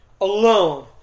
alone